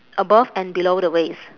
above and below the waist